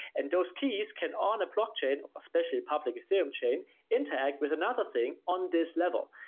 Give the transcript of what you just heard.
and those key can on a blockchain, especially public ethereum chain interact with another thing on this level.